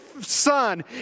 son